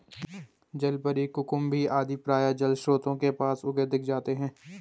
जलपरी, कुकुम्भी आदि प्रायः जलस्रोतों के पास उगे दिख जाते हैं